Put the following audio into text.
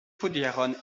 pudieron